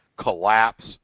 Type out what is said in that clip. collapse